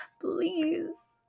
Please